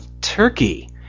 turkey